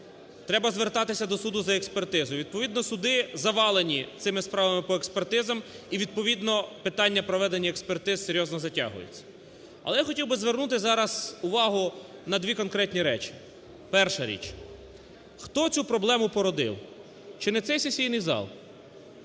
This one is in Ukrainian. треба звертатися до суду за експертизою. Відповідно суди завалені цими справами по експертизам. І відповідно питання проведення експертиз серйозно затягується. Але я хотів би звернути зараз увагу на дві конкретні речі. Перша річ: хто цю проблему породив. Чи не цей сесійний зал?